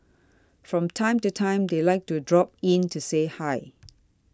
from time to time they like to drop in to say hi